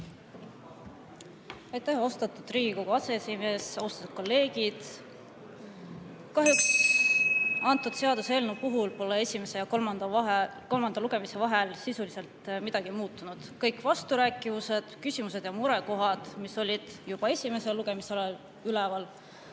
Aitäh, austatud Riigikogu aseesimees! Austatud kolleegid! Kahjuks pole selles seaduseelnõus esimese ja kolmanda lugemise vahel sisuliselt midagi muutunud. Kõik vasturääkivused, küsimused ja murekohad, mis olid juba esimesel lugemisel üleval,